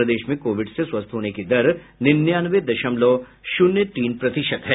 प्रदेश में कोविड से स्वस्थ होने की दर निन्यानवे दशमलव शून्य तीन प्रतिशत है